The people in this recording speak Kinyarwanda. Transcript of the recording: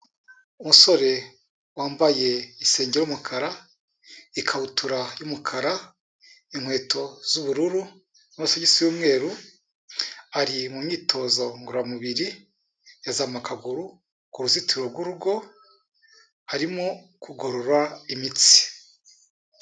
Umusore wambaye isengeri y'umukara, ikabutura y'umukara, inkweto z'ubururu n'amasogisi y'umweru ari mu myitozo ngororamubiri yazamu akaguru ku ruzitiro rw'urugo arimo kugorora imitsi.